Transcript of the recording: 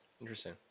Interesting